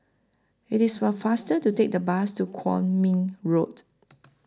IT IS faster to Take The Bus to Kwong Min Road